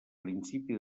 principi